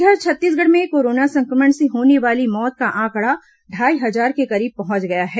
इधर छत्तीसगढ़ में कोरोना संक्रमण से होने वाली मौत का आंकड़ा ढाई हजार के करीब पहुंच गया है